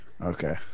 okay